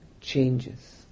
changes